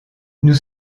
nous